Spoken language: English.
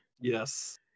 yes